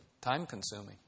time-consuming